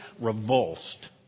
revulsed